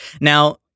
Now